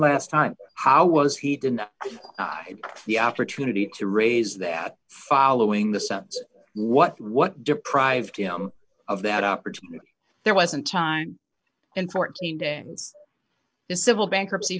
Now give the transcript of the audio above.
last time how was he didn't have the opportunity to raise that following the sense what what deprived him of that opportunity there wasn't time in fourteen to ends this civil bankruptcy